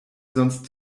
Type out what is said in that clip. sonst